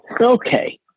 okay